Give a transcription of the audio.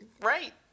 right